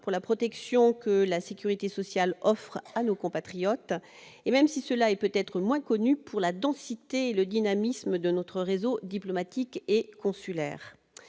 pour la protection que la sécurité sociale offre à nos compatriotes et, même si cela est peut-être moins connu, pour la densité et le dynamisme de notre réseau diplomatique et consulaire.